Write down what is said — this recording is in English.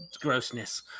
grossness